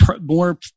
more